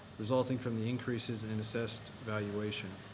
resulting from the increases in assessed valuation.